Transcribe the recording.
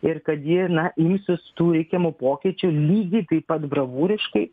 ir kad ji na imsis tų reikiamų pokyčių lygiai taip pat bravūriškai